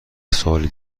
سوالی